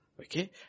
Okay